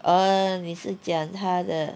oh 你是讲他的